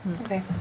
Okay